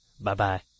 Bye-bye